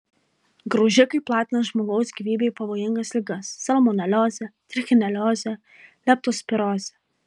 graužikai platina žmogaus gyvybei pavojingas ligas salmoneliozę trichineliozę leptospirozę